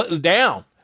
down